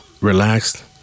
relaxed